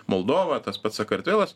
moldova tas pats sakartvelas